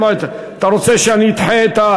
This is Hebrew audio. אתה רוצה שאני אדחה את,